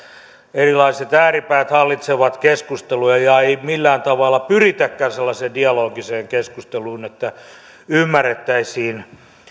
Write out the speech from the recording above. erilaiset ääripäät hallitsevat keskustelua ja ei millään tavalla pyritäkään sellaiseen dialogiseen keskusteluun että ymmärrettäisiin